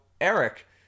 Eric